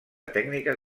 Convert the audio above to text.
tècnica